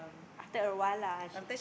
after awhile lah she